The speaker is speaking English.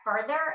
further